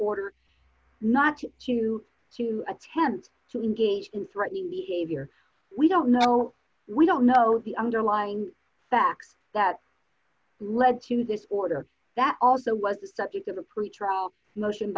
order not to to attempt to engage in threatening behavior we don't know we don't know the underlying facts that led to this order that also was the subject of a pretrial motion